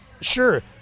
Sure